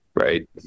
right